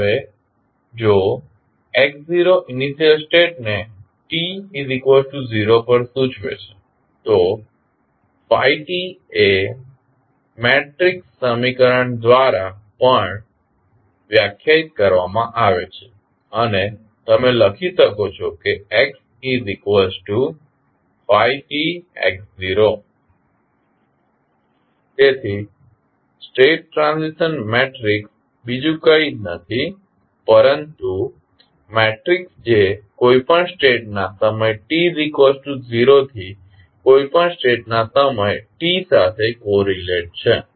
હવે જો x initial સ્ટેટને t0 પર સૂચવે છે તો t ને મેટ્રિક્સ સમીકરણ દ્વારા પણ વ્યાખ્યાયિત કરવામાં આવે છે અને તમે લખી શકો છો xtφtx0 તેથી સ્ટેટ ટ્રાન્ઝિશન મેટ્રિક્સ બીજું કંઈ નથી પરંતુ મેટ્રિક્સ જે કોઈપણ સ્ટેટના સમય t0 થી કોઈ પણ સ્ટેટના સમય t સાથે કોર્રીલેટ્સ છે